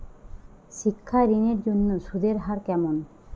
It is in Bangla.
শিক্ষা ঋণ এর জন্য সুদের হার কেমন?